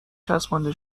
چسبانده